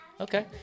Okay